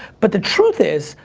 but the truth is,